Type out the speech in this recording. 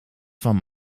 van